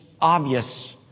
obvious